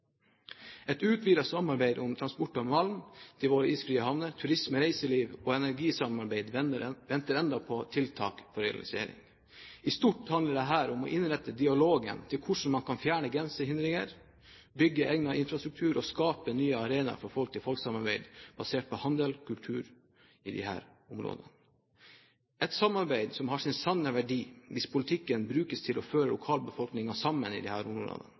Et utvidet samarbeid om transport av malm til våre isfrie havner, turisme/reiseliv og energi venter ennå på tiltak for realisering. I stort handler dette om å innrette dialogen mot hvordan man kan fjerne grensehindringer, bygge egnet infrastruktur og skape nye arenaer for folk-til-folk-samarbeid basert på handel og kultur i disse områdene, et samarbeid som har sin sanne verdi hvis politikken brukes til å føre lokalbefolkningen sammen i disse områdene, gjennom tilrettelegging for handel og kulturutveksling. Vi har de